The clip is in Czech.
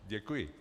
Děkuji.